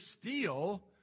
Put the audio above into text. steal